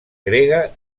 grega